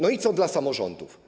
No i co dla samorządów?